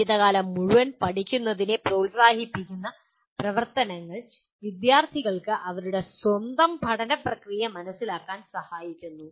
ജീവിതകാലം മുഴുവൻ പഠിക്കുന്നതിനെ പ്രോത്സാഹിപ്പിക്കുന്ന പ്രവർത്തനങ്ങൾ വിദ്യാർത്ഥികൾക്ക് അവരുടെ സ്വന്തം പഠന പ്രക്രിയ മനസ്സിലാക്കാൻ സഹായിക്കുന്നു